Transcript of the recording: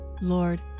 Lord